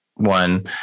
One